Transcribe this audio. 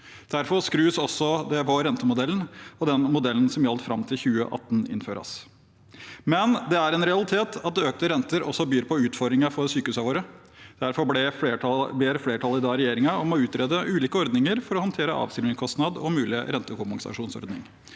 Derfor skrus det også på rentemodellen, og den modellen som gjaldt fram til 2018, innføres. Men det er en realitet at økte renter også byr på utfordringer for sykehusene våre. Derfor ber flertallet i dag regjeringen om å utrede ulike ordninger for å håndtere avskrivningskostnader og mulige rentekompensasjonsordninger.